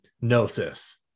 Gnosis